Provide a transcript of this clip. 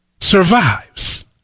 survives